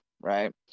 Right